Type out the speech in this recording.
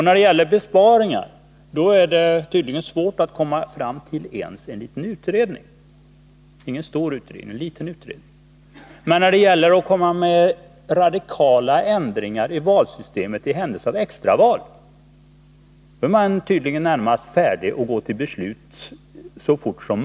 När det gäller besparingar är det tydligen svårt att komma fram till ens en liten utredning — det är här inte fråga om någon stor sådan. Men i frågan om extraval är man tydligen beredd att så snabbt som möjligt genomföra radikala ändringar i valsystemet.